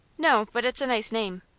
no but it's a nice name.